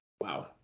Wow